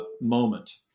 moment